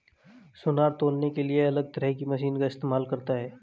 सुनार तौलने के लिए अलग तरह की मशीन का इस्तेमाल करता है